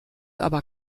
aber